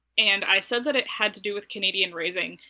and i said that it had to do with canadian raising.